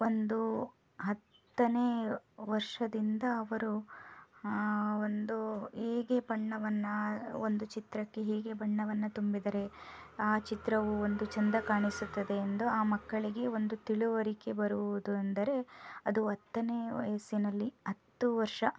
ಒಂದು ಹತ್ತನೇ ವರ್ಷದಿಂದ ಅವರು ಒಂದು ಹೇಗೆ ಬಣ್ಣವನ್ನು ಒಂದು ಚಿತ್ರಕ್ಕೆ ಹೇಗೆ ಬಣ್ಣವನ್ನು ತುಂಬಿದರೆ ಆ ಚಿತ್ರವು ಒಂದು ಚಂದ ಕಾಣಿಸುತ್ತದೆ ಎಂದು ಆ ಮಕ್ಕಳಿಗೆ ಒಂದು ತಿಳುವಳಿಕೆ ಬರುವುದು ಅಂದರೆ ಅದು ಹತ್ತನೇ ವಯಸ್ಸಿನಲ್ಲಿ ಹತ್ತು ವರ್ಷ